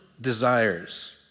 desires